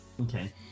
Okay